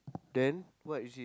then what is it